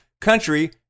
country